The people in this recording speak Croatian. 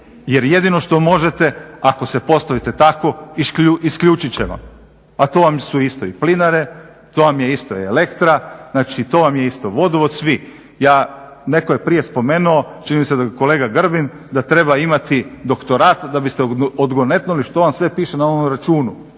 jer jedino što možete, ako se postavite tako, isključit će vam, a to su vam isto i plinare, to vam je isto i elektra, znači to vam je isto vodovod, svi. Netko je prije spomenuo, čini mi se da kolega Grbin, da treba imati doktorat da biste odgonetnuli što vam sve piše na ovom računu.